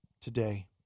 today